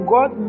God